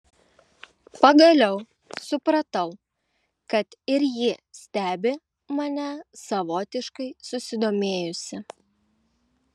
pagaliau supratau kad ir ji stebi mane savotiškai susidomėjusi